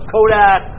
Kodak